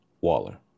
Waller